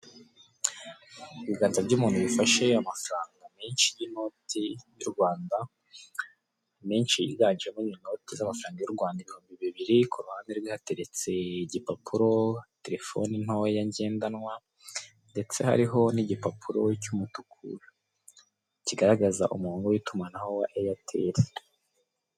Ibiganza by'umuntu bifashe amafaranga menshi y'inoti y'u rwanda menshi yiganjemo inoti z'amafaranga y'u rwanda ibihumbi bibiri k'uruhande rumwe hateretse igipapuro telefoni ntoya ngendanwa ndetse hariho n'igipapuro cy'umutukura kigaragaza umurongo w'itumanaho wa eyateri.